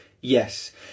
Yes